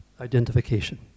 identification